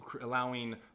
allowing